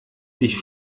dich